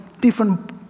different